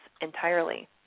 entirely